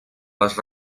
les